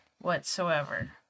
whatsoever